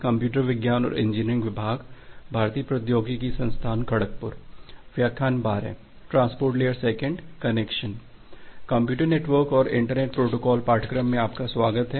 computer network और internet protocol पाठ्यक्रम में आपका स्वागत है